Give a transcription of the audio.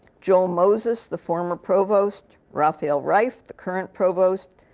joel moses, the former provost, rafael reif, the current provost,